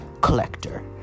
collector